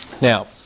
Now